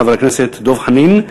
חבר הכנסת דב חנין,